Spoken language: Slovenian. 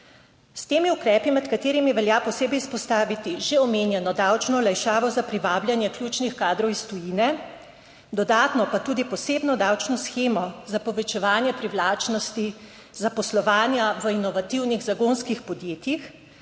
S temi ukrepi, med katerimi velja posebej izpostaviti že omenjeno davčno olajšavo za privabljanje ključnih kadrov iz tujine, dodatno pa tudi posebno davčno shemo za povečevanje privlačnosti zaposlovanja v inovativnih zagonskih podjetjih,